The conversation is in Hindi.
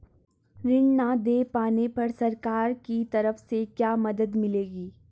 ऋण न दें पाने पर सरकार की तरफ से क्या मदद मिलेगी?